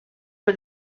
for